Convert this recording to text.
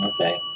okay